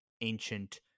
ancient